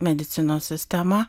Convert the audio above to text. medicinos sistema